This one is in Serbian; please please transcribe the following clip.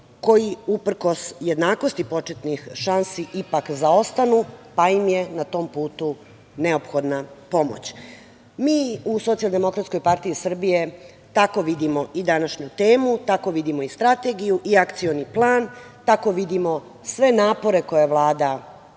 koji uprkos jednakosti početnih šansi ipak zaostanu, pa im je na tom putu neophodna pomoć. Mi u Socijaldemokratskoj partiji Srbije tako vidimo i današnju temu, tako i vidimo i Strategiju i Akcioni plan, tako vidimo sve napore koje Vlada